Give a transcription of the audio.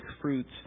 fruits